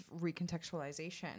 recontextualization